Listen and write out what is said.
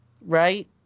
right